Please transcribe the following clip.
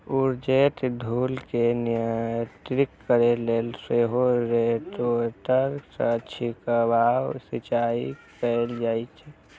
उड़ैत धूल कें नियंत्रित करै लेल सेहो रोटेटर सं छिड़काव सिंचाइ कैल जाइ छै